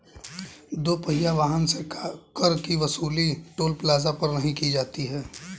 दो पहिया वाहन से कर की वसूली टोल प्लाजा पर नही की जाती है